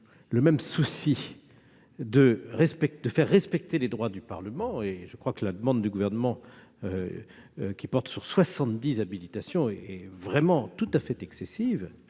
le même souci de faire respecter les droits du Parlement. La demande du Gouvernement, qui portait sur 70 habilitations, était vraiment tout à fait excessive.